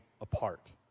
apart